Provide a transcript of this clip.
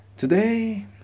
Today